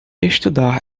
estudar